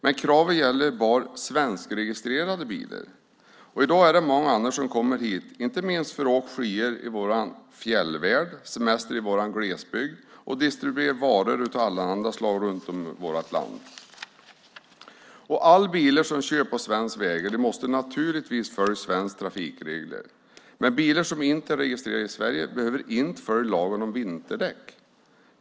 Men kravet gäller bara svenskregistrerade bilar. I dag är det många andra som kommer hit, inte minst för att åka skidor i vår fjällvärld, semestra i vår glesbygd och distribuera varor av allehanda slag runt om i vårt land. Alla bilar som kör på svenska vägar måste naturligtvis följa svenska trafikregler. Men bilar som inte är registrerade i Sverige behöver inte följa lagen om vinterdäck.